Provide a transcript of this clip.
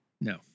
No